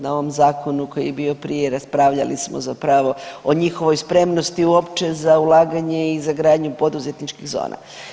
Na ovom zakonu koji je bio prije raspravljali smo zapravo o njihovoj spremnosti uopće za ulaganje i za gradnju poduzetničkih zona.